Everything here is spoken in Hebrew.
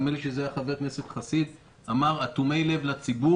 נדמה לי שזה היה חבר הכנסת חסיד שאמר: אטומי לב לציבור.